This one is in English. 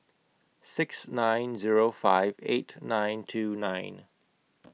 six nine Zero five eight nine two nine